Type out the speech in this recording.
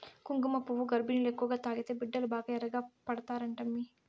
కుంకుమపువ్వు గర్భిణీలు ఎక్కువగా తాగితే బిడ్డలు బాగా ఎర్రగా పడతారంటమ్మీ